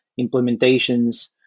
implementations